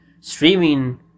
streaming